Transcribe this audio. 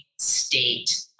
state